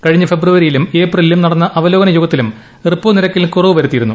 കഴിഞ്ഞ ഫെബ്രുവരിയിലും ഏപ്രിലിലും നടന്ന അവലോകന യോഗത്തിലും റിപ്പോനിരക്കിൽ കുറവ് വ്യൂരുത്തിയിരുന്നു